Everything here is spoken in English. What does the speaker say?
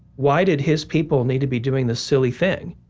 why did his people need to be doing this silly thing?